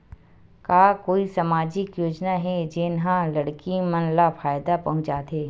का कोई समाजिक योजना हे, जेन हा लड़की मन ला फायदा पहुंचाथे?